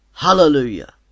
Hallelujah